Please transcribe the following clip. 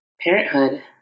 parenthood